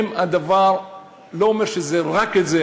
אני לא אומר שרק זה,